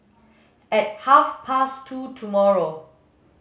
at half past two tomorrow